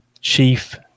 chief